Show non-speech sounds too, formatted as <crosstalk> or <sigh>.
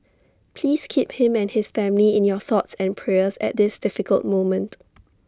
please keep him and his family in your thoughts and prayers at this difficult moment <noise>